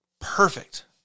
perfect